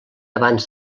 abans